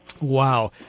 Wow